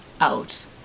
out